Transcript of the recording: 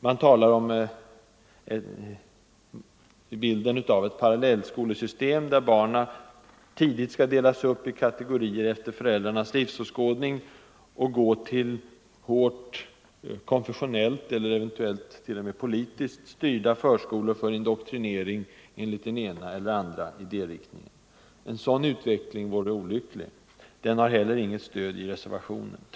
Man talar om ett parallellskolesystem, där barnen tidigt skall delas upp i kategorier efter föräldrarnas livsåskådning och gå till hårt konfessionellt — eller eventuellt till och med politiskt — styrda förskolor för indoktrinering enligt den ena eller andra idériktningen. En sådan utveckling vore olycklig. Den har heller inget stöd i reservationen 1.